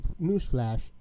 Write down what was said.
Newsflash